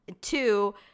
Two